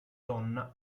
donna